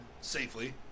Safely